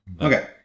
Okay